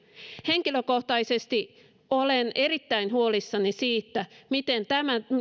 henkilökohtaisesti olen erittäin huolissani siitä miten tämän